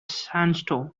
sandstorm